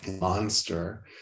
monster